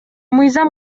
мыйзам